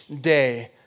day